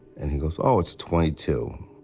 and he goes, oh, it's a twenty-two.